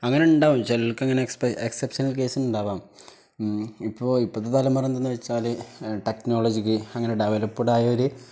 അങ്ങനെയുണ്ടാകും ചിലര്ക്ക് അങ്ങനെ exceptional case ഉണ്ടാകാം ഉം ഇപ്പോള് ഇപ്പോഴത്തെ തലമുറ എന്താണെന്നുവെച്ചാല് ടെക്നോളജിക്കലി അങ്ങനെ ഡെവലപ്പ്ഡായൊരു